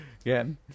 again